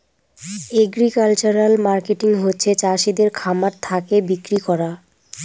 agricultural marketing হচ্ছে চাষিদের খামার থাকে বিক্রি করা